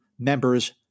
members